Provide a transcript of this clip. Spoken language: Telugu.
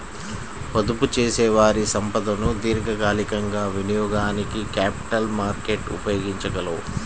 పొదుపుచేసేవారి సంపదను దీర్ఘకాలికంగా వినియోగానికి క్యాపిటల్ మార్కెట్లు ఉపయోగించగలవు